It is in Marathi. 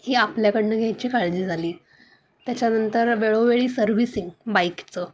ही आपल्याकडून घ्यायची काळजी झाली त्याच्यानंतर वेळोवेळी सर्व्हिसिंग बाईकचं